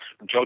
Joe